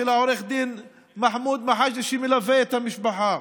של עו"ד מחמוד מחאג'נה שמלווה את המשפחה,